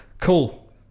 Cool